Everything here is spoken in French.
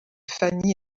fanny